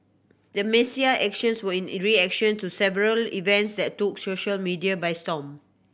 the Messiah actions were in reaction to several events that took social media by storm